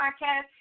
podcast